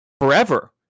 Forever